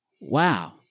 Wow